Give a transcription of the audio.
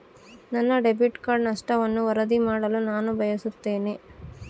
ನನ್ನ debit card ನಷ್ಟವನ್ನು ವರದಿ ಮಾಡಲು ನಾನು ಬಯಸುತ್ತೇನೆ